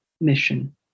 mission